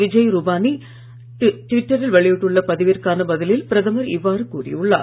விஜய் ருபானி ட்விட்டரில் வெளியிட்டுள்ள பதிவிற்கான பதிவில் பிரதமர் இவ்வாறு கூறியுள்ளார்